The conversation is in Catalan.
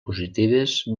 positives